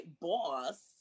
boss